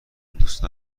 دوست